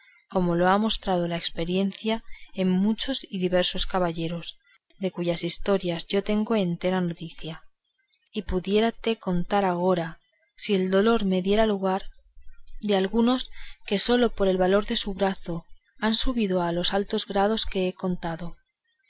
como lo ha mostrado la experiencia en muchos y diversos caballeros de cuyas historias yo tengo entera noticia y pudiérate contar agora si el dolor me diera lugar de algunos que sólo por el valor de su brazo han subido a los altos grados que he contado